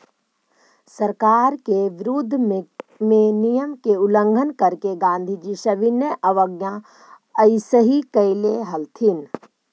सरकार के विरोध में नियम के उल्लंघन करके गांधीजी सविनय अवज्ञा अइसही कैले हलथिन